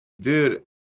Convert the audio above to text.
dude